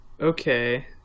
Okay